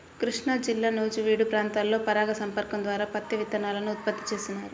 కృష్ణాజిల్లా నూజివీడు ప్రాంతంలో పరాగ సంపర్కం ద్వారా పత్తి విత్తనాలను ఉత్పత్తి చేస్తున్నారు